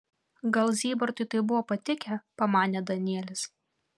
gal zybartui tai būtų patikę pamanė danielis